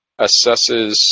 assesses